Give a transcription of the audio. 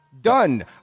Done